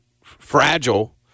fragile